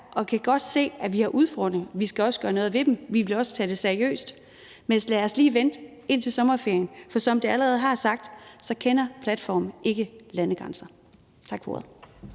og kan godt se, at vi har udfordringer, og at vi også skal gøre noget ved dem, og vi vil også tage det seriøst, men lad os lige vente indtil sommerferien. For som vi allerede har sagt, kender platformene ikke landegrænser. Tak for ordet.